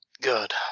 Good